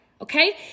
okay